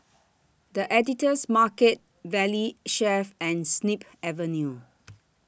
The Editor's Market Valley Chef and Snip Avenue